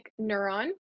neuron